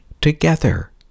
together